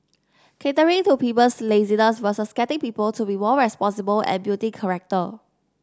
catering to people's laziness versus getting people to be more responsible and building character